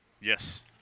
Yes